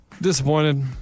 Disappointed